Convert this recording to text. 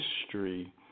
history